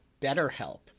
BetterHelp